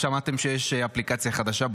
שמעתם שיש אפליקציה חדשה,